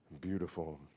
beautiful